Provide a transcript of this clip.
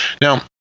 Now